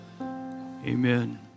amen